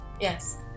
Yes